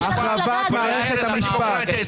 --- הבנה במערכת בית המשפט?